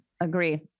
Agree